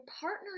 partner